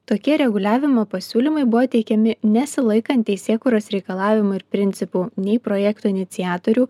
tokie reguliavimo pasiūlymai buvo teikiami nesilaikant teisėkūros reikalavimų ir principų nei projekto iniciatorių